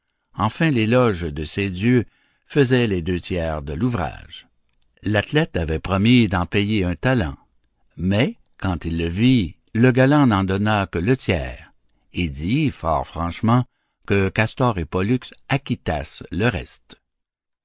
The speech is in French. enfin l'éloge de ces dieux faisait les deux tiers de l'ouvrage l'athlète avait promis d'en payer un talent mais quand il le vit le galant n'en donna que le tiers et dit fort franchement que castor et pollux acquittassent le reste